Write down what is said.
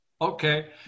Okay